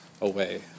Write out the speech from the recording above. away